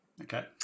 Okay